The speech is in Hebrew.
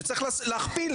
שצריך להכפיל,